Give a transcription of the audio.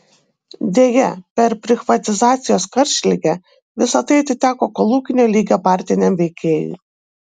deja per prichvatizacijos karštligę visa tai atiteko kolūkinio lygio partiniam veikėjui